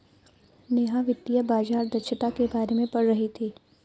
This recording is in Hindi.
नेहा वित्तीय बाजार दक्षता के बारे में पढ़ रही थी